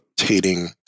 rotating